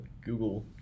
Google